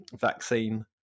vaccine